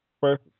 First